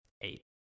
eight